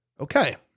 Okay